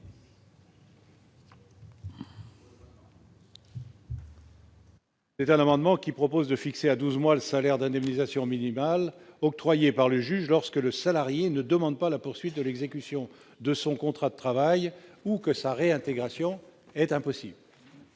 Mais un amendement qui propose de fixer à 12 mois le salaire d'indemnisation minimale octroyée par le juge, lorsque le salarié ne demande pas la poursuite de l'exécution de son contrat de travail, ou que sa réintégration est impossible.